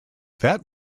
that